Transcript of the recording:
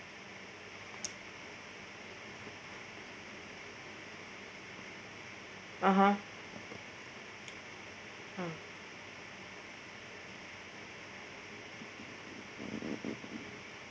(uh huh) ah